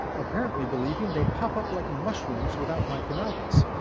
apparently believing they pop up like mushrooms without my connivance.